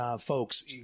folks